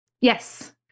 Yes